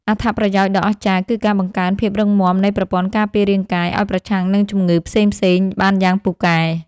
អត្ថប្រយោជន៍ដ៏អស្ចារ្យ គឺការបង្កើនភាពរឹងមាំនៃប្រព័ន្ធការពាររាងកាយឱ្យប្រឆាំងនឹងជំងឺផ្សេងៗបានយ៉ាងពូកែ។